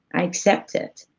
i accept it.